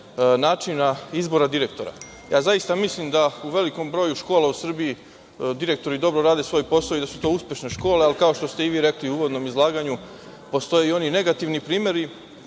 načina izbora direktora. Ja zaista mislim da u velikom broju škola u Srbiji direktori dobro rade svoj posao i da su to uspešne škole, ali kao što ste i vi rekli u uvodnom izlaganju, postoje i oni negativni primeri